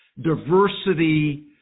diversity